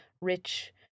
rich